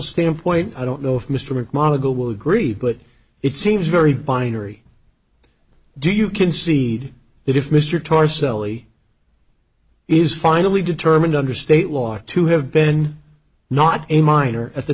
standpoint i don't know if mr mcmonagle will agree but it seems very binary do you concede that if mr torricelli is finally determined under state law to have been not a minor at the